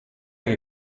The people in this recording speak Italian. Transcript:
che